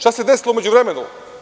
Šta se desilo u međuvremenu?